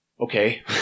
Okay